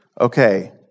Okay